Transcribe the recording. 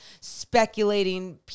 speculating